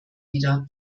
wieder